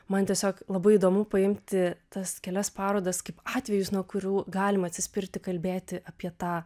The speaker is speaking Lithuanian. man tiesiog labai įdomu paimti tas kelias parodas kaip atvejus nuo kurių galima atsispirti kalbėti apie tą